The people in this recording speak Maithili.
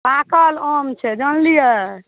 पाकल आम छै जानलियै